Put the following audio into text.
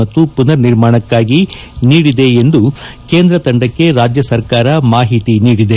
ಮತ್ತು ಪುನರ್ ನಿರ್ಮಾಣಕಾಗಿ ನೀಡಿದೆ ಎಂದು ಕೇಂದ್ರ ತಂಡಕ್ಕೆ ರಾಜ್ಯ ಸರ್ಕಾರ ಮಾಹಿತಿ ನೀಡಿದೆ